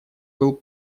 был